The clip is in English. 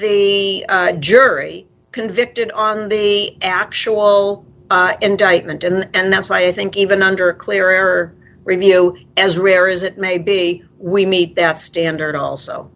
the jury convicted on the actual indictment and that's why i think even under a clearer review as rare as it may be we meet that standard also